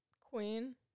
Queen